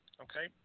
Okay